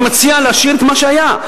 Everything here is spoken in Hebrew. אני מציע להשאיר את מה שהיה.